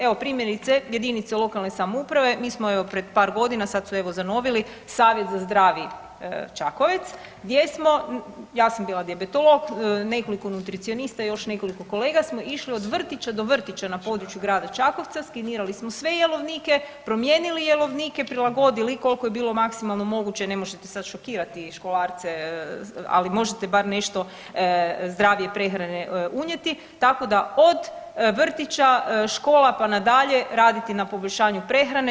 Evo primjerice JLS, mi smo evo pred par godina, sad su evo zanovili, Savjet za zdravi Čakovec gdje smo, ja sam bila dijabetolog, nekoliko nutricionista i još nekoliko kolega smo išli od vrtića do vrtića na području grada Čakovca, skenirali smo sve jelovnike, promijenili jelovnike, prilagodili koliko je bilo maksimalno moguće, ne možete sad šokirati školarce, ali možete bar nešto zdravije prehrane unijeti, tako da od vrtića, škola, pa nadalje raditi na poboljšanju prehrane.